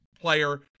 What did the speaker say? player